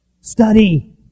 Study